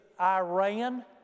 Iran